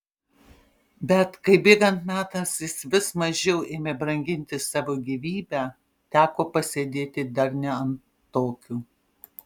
bet kai bėgant metams jis vis mažiau ėmė branginti savo gyvybę teko pasėdėti dar ne ant tokių